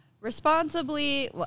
responsibly